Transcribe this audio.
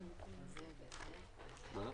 11:32.